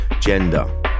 gender